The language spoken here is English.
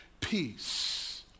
peace